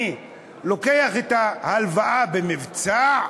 אני לוקח את ההלוואה במבצע,